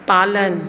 पालन